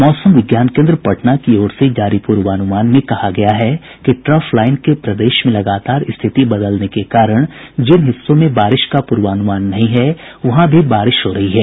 मौसम विज्ञान केन्द्र पटना की ओर से जारी पूर्वानुमान में कहा गया है कि ट्रफ लाईन के प्रदेश में लगातार स्थिति बदलने के कारण जिन हिस्सों में बारिश का पूर्वानुमान नहीं है वहां भी बारिश हो रही है